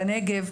בנגב,